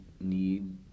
need